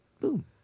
boom